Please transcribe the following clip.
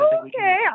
okay